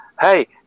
Hey